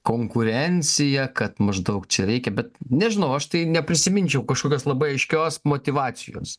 konkurencija kad maždaug čia reikia bet nežinau aš tai neprisiminčiau kažkokios labai aiškios motyvacijos